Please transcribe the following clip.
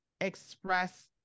express